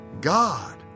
God